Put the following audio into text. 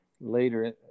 later